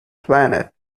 planet